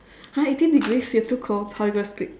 !huh! eighteen degrees you're too cold how are you gonna speak